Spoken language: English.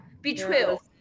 Betrayal